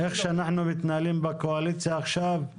כפי שאנחנו מתנהלים בקואליציה עכשיו,